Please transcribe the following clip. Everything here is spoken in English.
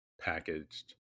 packaged